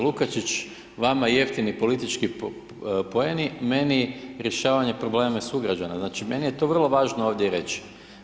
Lukačić, vama jeftini politički poeni, meni rješavanje problema sugrađana, znači meni je to vrlo važno ovdje reći.